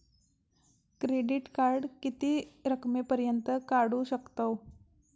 Credit card किती रकमेपर्यंत काढू शकतव?